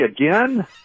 again